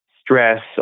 stress